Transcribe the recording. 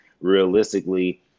realistically